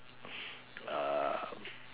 uh